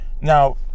Now